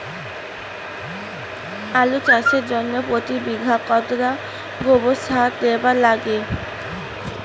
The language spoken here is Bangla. আলু চাষের জইন্যে প্রতি বিঘায় কতোলা গোবর সার দিবার লাগে?